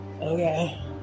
Okay